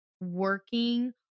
working